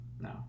No